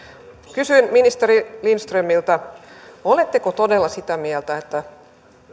kysyn ministeri lindströmiltä oletteko todella sitä mieltä että